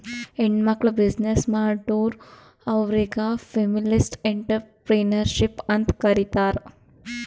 ಹೆಣ್ಮಕ್ಕುಳ್ ಬಿಸಿನ್ನೆಸ್ ಮಾಡುರ್ ಅವ್ರಿಗ ಫೆಮಿನಿಸ್ಟ್ ಎಂಟ್ರರ್ಪ್ರಿನರ್ಶಿಪ್ ಅಂತ್ ಕರೀತಾರ್